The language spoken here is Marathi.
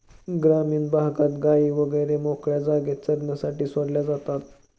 ग्रामीण भागात गायी वगैरे मोकळ्या जागेत चरण्यासाठी सोडल्या जातात